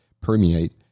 permeate